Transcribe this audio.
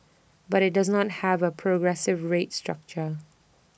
but IT does not have A progressive rate structure